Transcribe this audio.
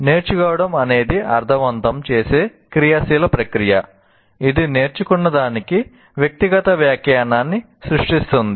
నేర్చుకోవడం అనేది అర్ధవంతం చేసే క్రియాశీల ప్రక్రియ ఇది నేర్చుకున్నదానికి వ్యక్తిగత వ్యాఖ్యానాన్ని సృష్టిస్తుంది